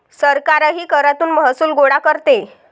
सरकारही करातून महसूल गोळा करते